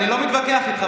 אני לא מתווכח איתך.